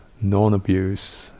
non-abuse